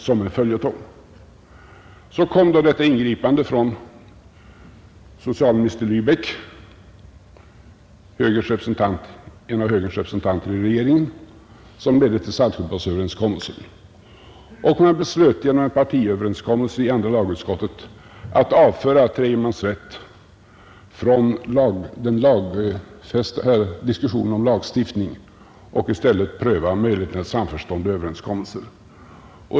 Så kom då detta ingripande från socialminister Liibeck — en av högerns representanter i regeringen — som ledde till Saltsjöbadsöverenskommelsen. Man beslöt genom en partiöverenskommelse i andra lagutskottet att avföra tredje mans rätt från diskussionen om lagstiftning och i stället pröva möjligheten av samförstånd och överenskommelser.